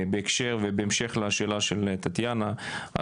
בהקשר ובהמשך לשאלה של טטיאנה,